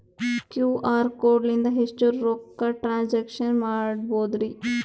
QR code ಲಿಂದ ಎಷ್ಟ ರೊಕ್ಕ ಟ್ರಾನ್ಸ್ಯಾಕ್ಷನ ಮಾಡ್ಬೋದ್ರಿ?